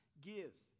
gives